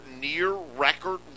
near-record